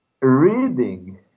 reading